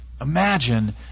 Imagine